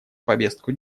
повестку